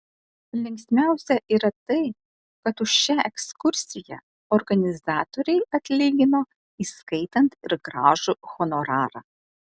linksmiausia yra tai kad už šią ekskursiją organizatoriai atlygino įskaitant ir gražų honorarą